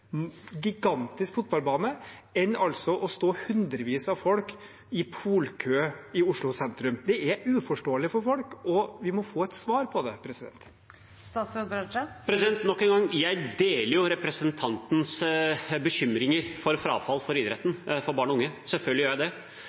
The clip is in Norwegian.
gigantisk fotballbane enn altså å stå hundrevis av folk i polkø i Oslo sentrum? Det er uforståelig for folk, og vi må få et svar på det. Nok en gang: Jeg deler jo representantens bekymringer for frafall fra idretten for barn og unge. Selvfølgelig gjør jeg det.